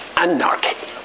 anarchy